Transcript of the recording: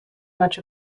much